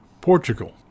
Portugal